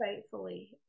faithfully